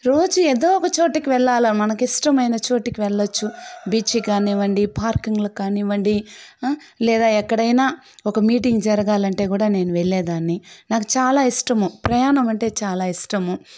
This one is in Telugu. రోజూ ఏదోక చోటుకి వెళ్ళాలి మనకి ఇష్టమైన చోటుకి వెళ్ళచ్చు బీచ్ కానివ్వండి పార్కింగులకు కానివ్వండి లేదా ఎక్కడైనా ఒక మీటింగ్ జరగాలంటే కూడా నేను వెళ్ళేదాన్ని నాకు చాలా ఇష్టము ప్రయాణమంటే చాలా ఇష్టము